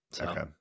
Okay